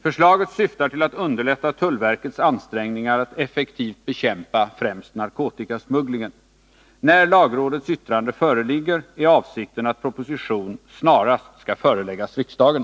Förslaget syftar till att underlätta tullverkets ansträngningar att effektivt bekämpa främst narkotikasmugglingen. När lagrådets yttrande föreligger är avsikten att proposition snarast skall föreläggas riksdagen.